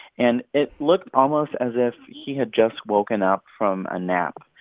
and it looked almost as if he had just woken up from a nap.